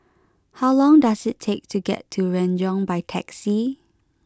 how long does it take to get to Renjong by taxi